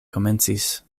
komencis